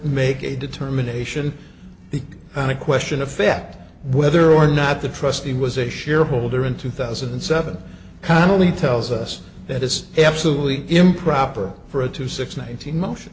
make a determination on a question affect whether or not the trustee was a shareholder in two thousand and seven connelly tells us that it's absolutely improper for a two six nineteen motion